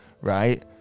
Right